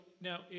now